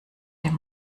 dem